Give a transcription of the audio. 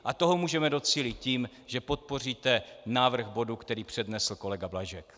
A toho můžeme docílit tím, že podpoříte návrh bodu, který přednesl kolega Blažek.